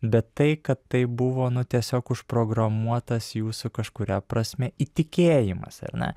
bet tai kad tai buvo nu tiesiog užprogramuotas jūsų kažkuria prasme įtikėjimas ar ne